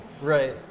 Right